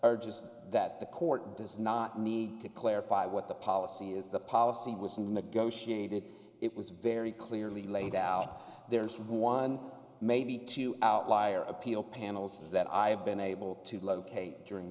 are just that the court does not need to clarify what the policy is the policy was negotiated it was very clearly laid out there is one maybe two outlier appeal panels that i've been able to locate during